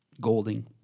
Golding